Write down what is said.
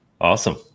Awesome